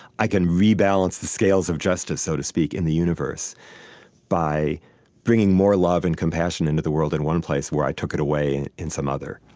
i can rebalance the scales of justice, so to speak, in the universe by bringing more love and compassion into the world in one place where i took it away in some other